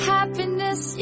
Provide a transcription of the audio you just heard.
Happiness